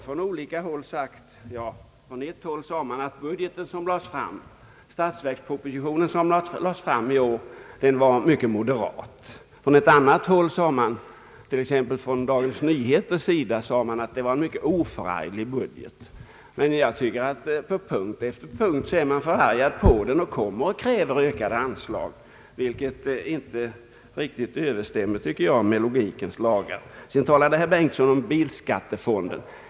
Från ett håll har det sagts att den statsverksproposition som lades fram i år var mycket moderat. Från annat håll, t.ex. Dagens Nyheter, har det sagts att det var en mycket oförarglig budget. Men på punkt efter punkt är man tydligen förargad över den och kräver ökade anslag, vilket inte riktigt överensstämmer med logikens lagar. Sedan talade herr Bengtson om automobilskattemedelsfonden.